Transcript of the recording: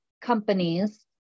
companies